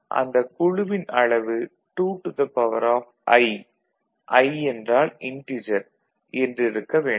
அந்த குழுவின் அளவு 2i என்றிருக்க வேண்டும்